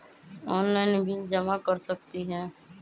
Online bill जमा कर सकती ह?